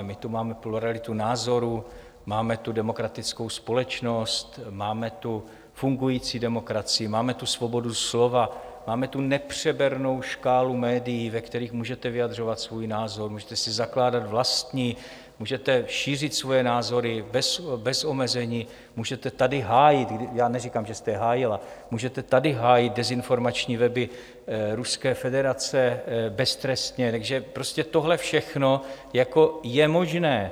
My tu máme pluralitu názorů, máme tu demokratickou společnost, máme tu fungující demokracii, máme tu svobodu slova, máme tu nepřebernou škálu médií, ve kterých můžete vyjadřovat svůj názor, můžete si zakládat vlastní, můžete šířit svoje názory bez omezení, můžete tady hájit já neříkám, že jste hájila můžete tady hájit dezinformační weby Ruské federace beztrestně, takže tohle všechno je možné.